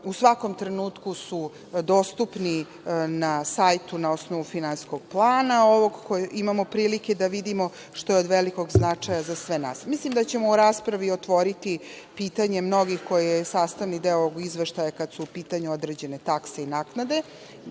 u svakom trenutku su dostupni na sajtu na osnovu Finansijskog plana, kojeg imamo prilike da vidimo, što je od velikog značaja za sve nas. Mislim da ćemo u raspravi otvoriti pitanje mnogih koji je sastavni deo ovog Izveštaja kad su u pitanju određene takse i naknade.